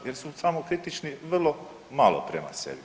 Jer su samokritični vrlo malo prema sebi.